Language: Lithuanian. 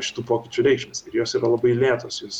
šitų pokyčių reikšmės ir jos yra labai lėtos jos